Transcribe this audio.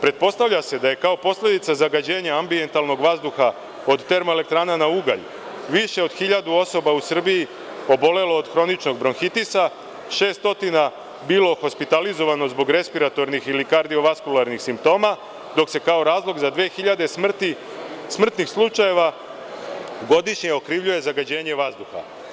Pretpostavlja se da je kao posledica zagađenja ambijentalnog vazduha kod termoelektrana na ugalj, više od 1.000 osoba po Srbiji obolelo od hroničnog bronhitisa, 600 bilo hospitalizovano zbog respiratornih ili kardiovaskularnih simptoma, dok se kao razlog za 2.000 smrtnih slučajeva godišnje okrivljuje zagađenje vazduha.